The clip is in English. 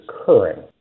occurring